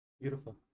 beautiful